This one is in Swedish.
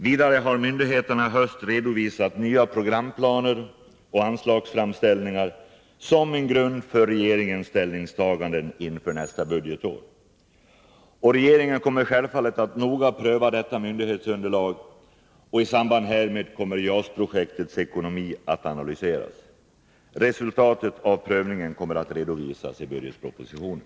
Vidare har myndigheterna i höst redovisat nya programplaner och anslagsframställningar som en grund för regeringens ställningstaganden inför nästa budgetår. Regeringen kommer självfallet att noga pröva detta myndighetsunderlag. I samband härmed kommer JAS-projektets ekonomi att analyseras. Resultatet av prövningen kommer att redovisas i budgetpropositionen.